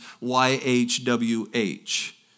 Y-H-W-H